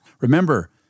Remember